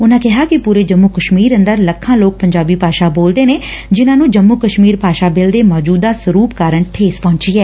ਉਨੂਂ ਕਿਹਾ ਕਿ ਪੂਰੇ ਜੰਮੁ ਕਸ਼ਮੀਰ ਅੰਦਰ ਲੱਖਾਂ ਲੋਕ ਪੰਜਾਬੀ ਭਾਸ਼ਾ ਬੋਲਦੇ ਨੇ ਜਿਨਾਂ ਨੂੰ ਜੰਮੁ ਕਸ਼ਮੀਰ ਭਾਸ਼ਾ ਬਿੱਲ ਦੇ ਮੌਚੁਦਾ ਸਰੁਪ ਕਾਰਨ ਠੇਸ ਪਹੂੰਚੀ ਐ